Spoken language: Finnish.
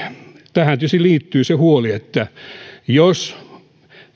tähän tietysti liittyy se huoli että jos